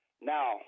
Now